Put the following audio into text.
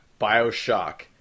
Bioshock